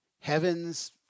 heavens